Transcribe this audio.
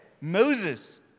Moses